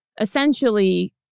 Essentially